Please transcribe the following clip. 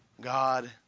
God